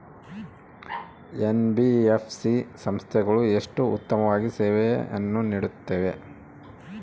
NBFC ಸಂಸ್ಥೆಗಳು ಎಷ್ಟು ಉತ್ತಮವಾಗಿ ಸೇವೆಯನ್ನು ನೇಡುತ್ತವೆ?